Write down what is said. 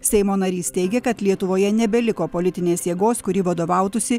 seimo narys teigia kad lietuvoje nebeliko politinės jėgos kuri vadovautųsi